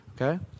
okay